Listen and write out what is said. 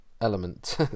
element